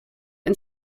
and